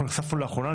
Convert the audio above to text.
אנחנו נחשפנו לאחרונה,